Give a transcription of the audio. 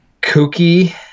kooky